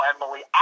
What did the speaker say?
Emily